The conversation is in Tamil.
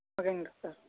ஓகேங்க டாக்டர்